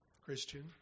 Christian